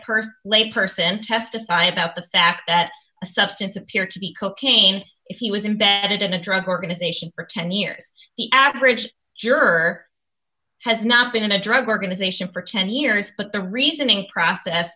n lay person testify about the fact that a substance appear to be cocaine if he was embedded in a drug organization for ten years the average juror has not been in a drug organization for ten years but the reasoning process